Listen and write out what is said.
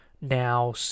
Now